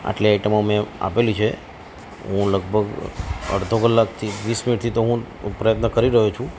આટલી આઈટમો મેં આપેલી છે હું લગભગ અડધો કલાકથી વીસ મિનિટથી તો હું પ્રયત્ન કરી રહ્યો છું